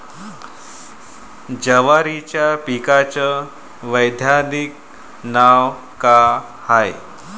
जवारीच्या पिकाचं वैधानिक नाव का हाये?